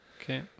Okay